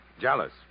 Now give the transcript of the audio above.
Jealous